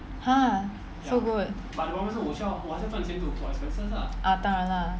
!huh! so good ah 当然 lah